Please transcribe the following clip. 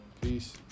Peace